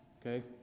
Okay